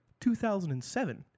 2007